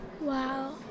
Wow